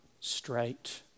straight